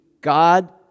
God